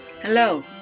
Hello